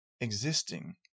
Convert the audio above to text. existing